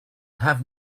have